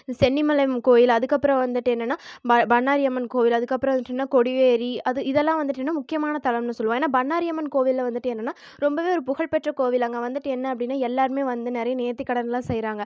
சென்னிமலையம்மன் கோயில் அதுக்கப்புறம் வந்துட்டு என்னன்னால் பழ் பன்னாரியம்மன் கோவில் அதுக்கப்புறம் வந்துட்டுனால் கொடிவேரி அது இதெல்லாம் வந்துட்டுனால் முக்கியமானத் தலம்னு சொல்லுவோம் ஏன்னால் பன்னாரியம்மன் கோவிலில் வந்துட்டு என்னன்னால் ரொம்பவே ஒரு புகழ்பெற்ற கோவில் அங்கே வந்துட்டு என்ன அப்படின்னா எல்லோருமே வந்து நிறைய நேர்த்தி கடன்லாம் செய்கிறாங்க